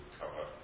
cover